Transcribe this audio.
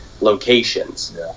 locations